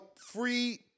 free